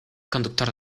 conductor